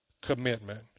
commitment